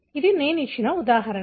ఇది నేను ఇచ్చిన ఉదాహరణ